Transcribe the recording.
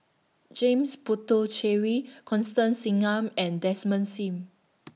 James Puthucheary Constance Singam and Desmond SIM